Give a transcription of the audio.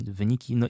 wyniki